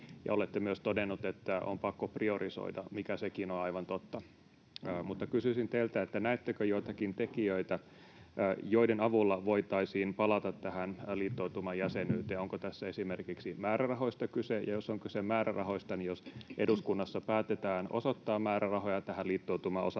olette myös todennut, että on pakko priorisoida, mikä sekin on aivan totta. Mutta kysyisin teiltä: Näettekö joitakin tekijöitä, joiden avulla voitaisiin palata tähän liittoutuman jäsenyyteen? Onko tässä esimerkiksi määrärahoista kyse? Jos on kyse määrärahoista, niin jos eduskunnassa päätetään osoittaa määrärahoja tähän liittoutumaan